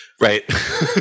Right